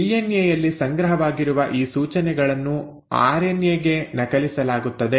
DNA ಯಲ್ಲಿ ಸಂಗ್ರಹವಾಗಿರುವ ಈ ಸೂಚನೆಗಳನ್ನು ಆರ್ಎನ್ಎ ಗೆ ನಕಲಿಸಲಾಗುತ್ತದೆ